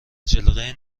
جلیقه